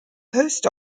post